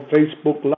Facebook